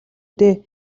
дээ